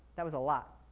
that was a lot.